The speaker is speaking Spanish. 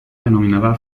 denominada